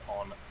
on